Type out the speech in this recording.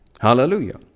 hallelujah